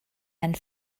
and